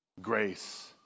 Grace